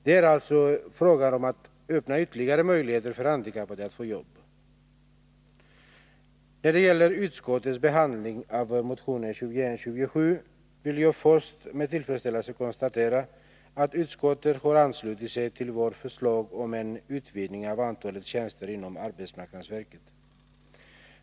Det är alltså fråga om att öppna ytterligare möjligheter för handikappade att få jobb. När det gäller utskottets behandling av motionen 2127 vill jag först med tillfredställelse konstatera att utskottet har anslutit sig till vårt förslag om en utvidgning av antalet tjänster inom arbetsmarknadsverket.